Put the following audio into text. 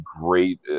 great